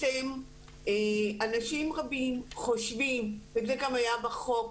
שבעצם אנשים רבים חושבים, וזה גם היה בחוק